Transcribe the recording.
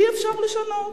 כי אי-אפשר לשנות.